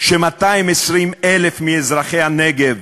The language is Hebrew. ש-220,000 מאזרחי הנגב,